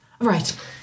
Right